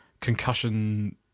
concussion